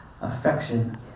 affection